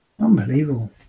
Unbelievable